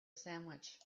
sandwich